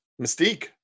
Mystique